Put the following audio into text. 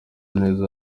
neza